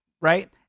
right